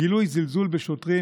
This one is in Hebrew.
גילוי זלזול בשוטרים,